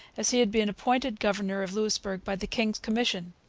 as he had been appointed governor of louisbourg by the king's commission.